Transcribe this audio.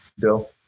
Bill